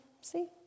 see